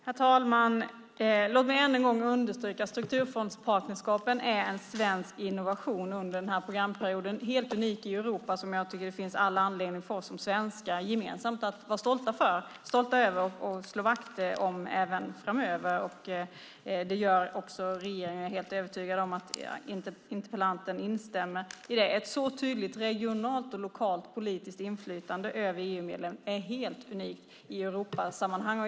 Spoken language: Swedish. Herr talman! Låt mig än en gång understryka att strukturfondspartnerskapen är en svensk innovation under den här programperioden. Den är helt unik i Europa, och det finns all anledning för oss svenskar att gemensamt vara stolta över den och slå vakt om den även framöver. Det gör också regeringen. Jag är övertygad om att interpellanten instämmer i det. Ett så tydligt regionalt och lokalt politiskt inflytande över EU-medlen är helt unikt i Europasammanhang.